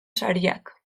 sariak